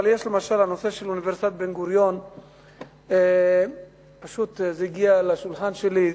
אבל הנושא של אוניברסיטת בן-גוריון הגיע לשולחן שלי,